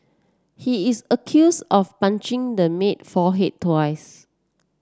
he is accuse of punching the maid forehead twice